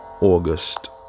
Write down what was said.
August